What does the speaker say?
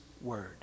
word